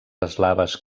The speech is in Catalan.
eslaves